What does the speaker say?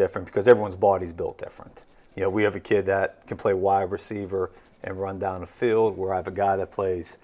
different because everyone's bodies built different you know we have a kid that can play wide receiver and run down the field we're of a guy that plays